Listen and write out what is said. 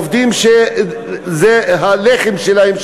עובדים שזה הלחם שלהם,